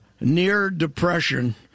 near-depression